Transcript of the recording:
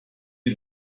die